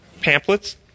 pamphlets